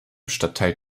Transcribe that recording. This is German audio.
stadtteil